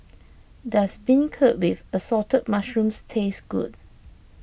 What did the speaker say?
does Beancurd with Assorted Mushrooms taste good